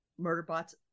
Murderbot's